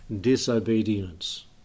disobedience